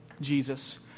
Jesus